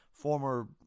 Former